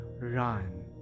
run